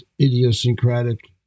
idiosyncratic